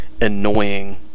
annoying